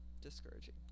discouraging